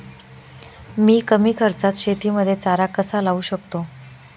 मी कमी खर्चात शेतीमध्ये चारा कसा लावू शकतो?